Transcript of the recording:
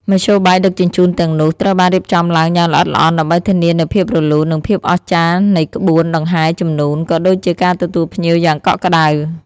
មធ្យោបាយដឹកជញ្ជូនទាំងនោះត្រូវបានរៀបចំឡើងយ៉ាងល្អិតល្អន់ដើម្បីធានានូវភាពរលូន និងភាពអស្ចារ្យនៃក្បួនដង្ហែរជំនូន ក៏ដូចជាការទទួលភ្ញៀវយ៉ាងកក់ក្តៅ។